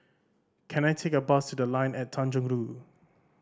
can I take a bus to The Line at Tanjong Rhu